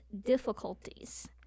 difficulties